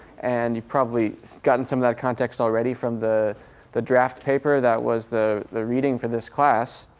and you've probably gotten some of that context already from the the draft paper that was the the reading for this class.